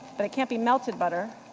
but it can't be melted butter,